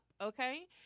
Okay